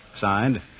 Signed